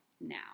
now